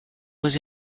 was